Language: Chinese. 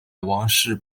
王室